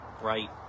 right